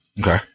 Okay